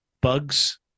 bugs